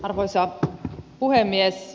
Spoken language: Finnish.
arvoisa puhemies